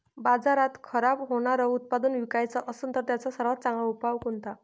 बाजारात खराब होनारं उत्पादन विकाच असन तर त्याचा सर्वात चांगला उपाव कोनता?